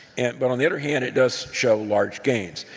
and but on the other hand, it does show large gains.